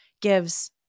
gives